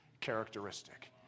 characteristic